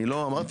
אני לא אמרתי,